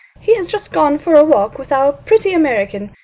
he has just gone for a walk with our pretty american.